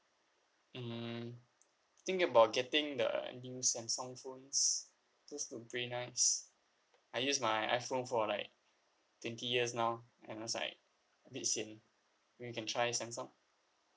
mm I think about getting the new samsung phones those look pretty nice I used my iphone for like twenty years now and now's like a bit sian maybe I can try samsung